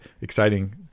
Exciting